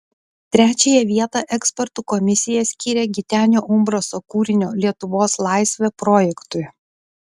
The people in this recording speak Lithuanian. trečiąją vietą ekspertų komisija skyrė gitenio umbraso kūrinio lietuvos laisvė projektui